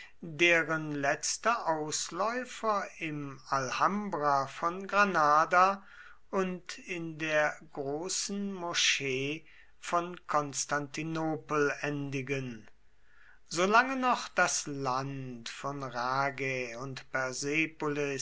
deren letzte ausläufer im alhambra von granada und in der großen moschee von konstantinopel endigen solange noch das land von ragä und